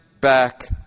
back